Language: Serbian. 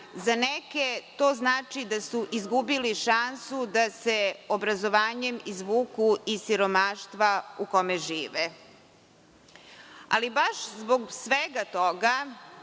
Za neke to znači da su izgubili šansu da se obrazovanjem izvuku iz siromaštva u kome žive. Ali, baš zbog svega toga,